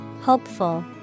Hopeful